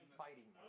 fighting